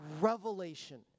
revelation